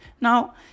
Now